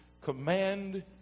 command